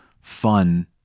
fun